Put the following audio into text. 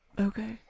Okay